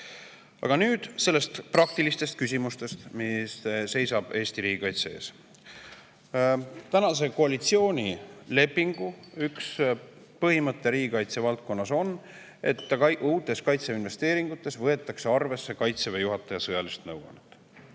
Aga nüüd praktilistest küsimustest, mis seisavad Eesti riigikaitse ees. Tänase koalitsioonilepingu üks põhimõte riigikaitse valdkonnas on, et uutes kaitseinvesteeringutes võetakse arvesse Kaitseväe juhataja sõjalist nõuannet.